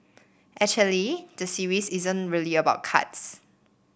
actually the series isn't really about cards